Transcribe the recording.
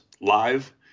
live